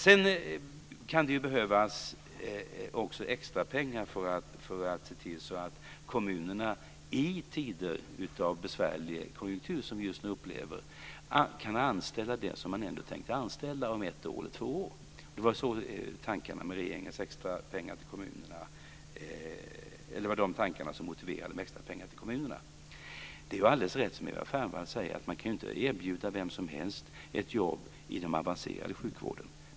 Sedan kan det ju också behövas extra pengar för att kommunerna, i tider av besvärlig konjunktur som vi just nu upplever, kan anställa den personal som man ändå tänker anställa om ett eller två år. Det var de tankarna som motiverade de extra pengarna till kommunerna. Det är alldeles rätt som Eva Fernvall säger att man inte kan erbjuda vem som helst ett jobb inom den avancerade sjukvården.